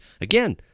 Again